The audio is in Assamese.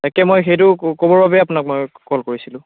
তাকে মই সেইটো ক'বৰ বাবেই আপোনাক মই কল কৰিছিলোঁ